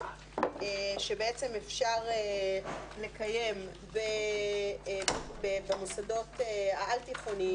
שבעצם אפשר לקיים במוסדות העל תיכוניים